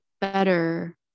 better